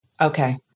Okay